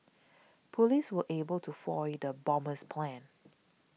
police were able to foil the bomber's plans